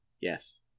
Yes